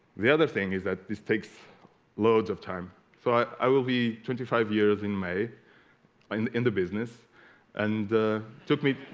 the other thing is that this takes loads of time so i will be twenty five years in may and in the in the business and took me